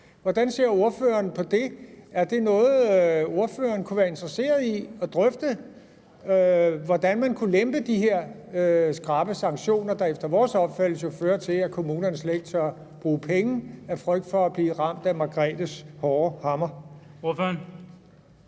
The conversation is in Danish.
være interesseret i? Kunne ordføreren være interesseret i at drøfte, hvordan man kunne lempe de her skrappe sanktioner, der efter vores opfattelse jo fører til, at kommunerne slet ikke tør bruge penge af frygt for at blive ramt af Margrethes hårde hammer? Kl.